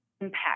impact